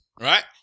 right